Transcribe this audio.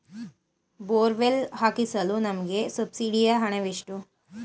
Borewell ಹಾಕಿಸಲು ನಮಗೆ ಸಬ್ಸಿಡಿಯ ಹಣವೆಷ್ಟು?